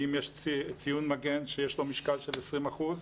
ואם יש ציון מגן שיש לו משקל של 20%,